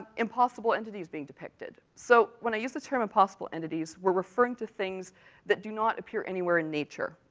impossible entities being depicted. so, when i use the term impossible entities, we're referring to things that do not appear anywhere in nature.